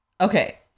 Okay